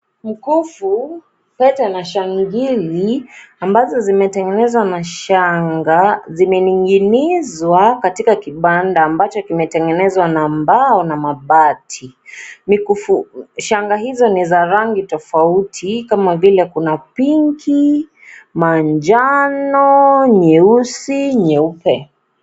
Mkufu, pete na shangili ambazo zimetengenezwa na shanga zimening'inizwa katika kibanda ambacho kimetengenezwa na mbao na mabati. Mikufu, shanga hizo ni za rangi tofauti kama vile kuna pinki , manjano, nyeusi, nyeupe.